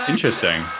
Interesting